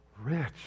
rich